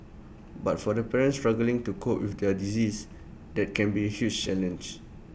but for the parents struggling to cope with their disease that can be huge challenge